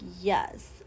yes